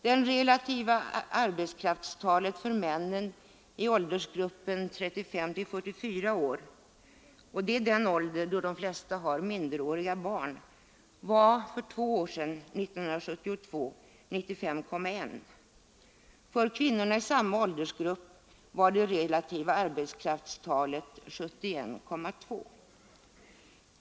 Det relativa arbetskraftstalet för männen i åldersgruppen 35—44 år — den ålder då de flesta har minderåriga barn — var för två år sedan 95,1. För kvinnorna i samma åldersgrupp var det relativa arbetskraftstalet 71,2.